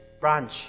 branch